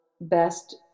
best